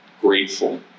grateful